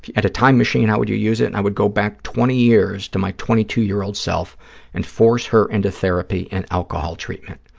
you had a time machine, how would you use it? i would go back twenty years to my twenty two year old self and force her into therapy and alcohol treatment.